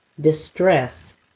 distress